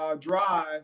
drive